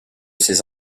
ses